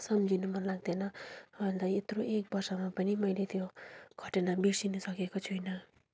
सम्झिनु मन लाग्दैन अन्त यत्रो एक वर्षमा पनि मैले त्यो घटना बिर्सनु सकेको छुइनँ